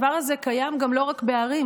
הדבר הזה קיים גם לא רק בערים,